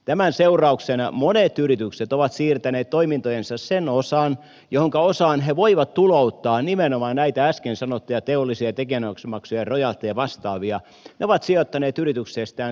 tämän seurauksena monet yritykset ovat siirtäneet toimintojensa sen osan johonka osaan he voivat tulouttaa nimenomaan näitä äsken sanottuja teollisia ja tekijänoikeusmaksuja rojalteja vastaavia sinne